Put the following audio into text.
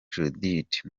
judith